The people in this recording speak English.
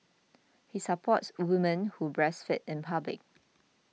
he supports women who breastfeed in public